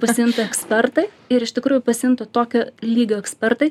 pasijunta ekspertai ir iš tikrųjų pasijunta tokio lygio ekspertai